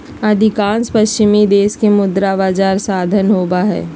अधिकांश पश्चिमी देश में मुद्रा बजार साधन होबा हइ